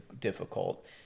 difficult